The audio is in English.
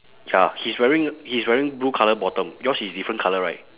ya he's wearing he's wearing blue colour bottom yours is different colour right